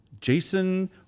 Jason